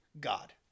God